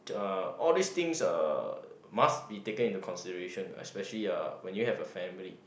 uh all these things uh must be taken into consideration especially uh when you have a family